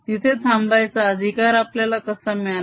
तिथे थांबायचा अधिकार आपल्याला कसा मिळाला